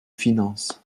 finances